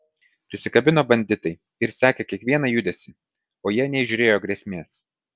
prisikabino banditai ir sekė kiekvieną judesį o jie neįžiūrėjo grėsmės